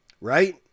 Right